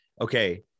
okay